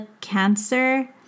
cancer